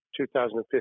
2015